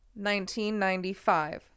1995